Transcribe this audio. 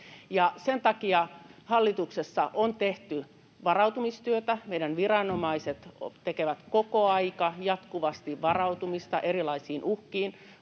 Sen takia hallituksessa on tehty varautumistyötä. Meidän viranomaiset tekevät koko ajan, jatkuvasti, varautumista erilaisiin uhkiin,